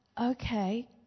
okay